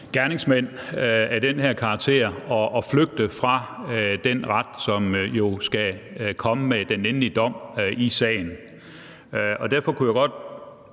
gerningsmænd af den her karakter at flygte fra den ret, som jo skal komme med den endelige dom i sagen. Derfor kunne jeg godt